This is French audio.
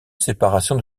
séparation